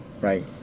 right